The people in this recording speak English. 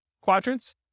quadrants